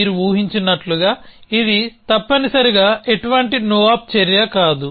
మీరు ఊహించినట్లుగా ఇది తప్పనిసరిగా ఎటువంటి no op చర్య కాదు